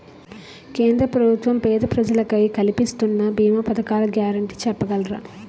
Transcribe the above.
కేంద్ర ప్రభుత్వం పేద ప్రజలకై కలిపిస్తున్న భీమా పథకాల గ్యారంటీ చెప్పగలరా?